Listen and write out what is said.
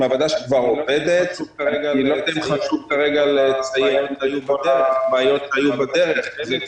היא מעבדה שכבר עובדת.- -- בעיות שהיו בדרך ---.